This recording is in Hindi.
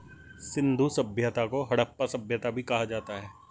सिंधु सभ्यता को हड़प्पा सभ्यता भी कहा जाता है